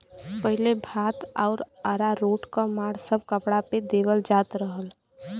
पहिले भात आउर अरारोट क माड़ सब कपड़ा पे देवल जात रहल